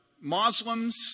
Muslims